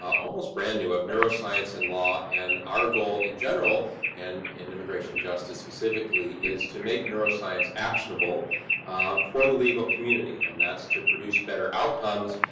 almost brand new, of neuroscience and law, and our goal in general and immigration justice specifically is to make neuroscience actionable for the legal community. and that's to produce better outcomes.